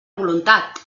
voluntat